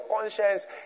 conscience